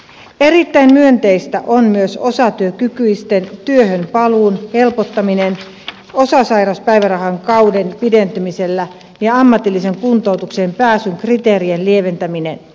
erittäin myönteistä on myös osatyökykyisten työhönpaluun helpottaminen osasairauspäivärahakauden pidentymisellä ja ammatilliseen kuntoutukseen pääsyn kriteerien lieventäminen